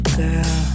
girl